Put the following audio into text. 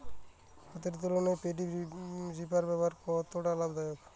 হাতের তুলনায় paddy reaper ব্যবহার কতটা লাভদায়ক?